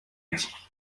iki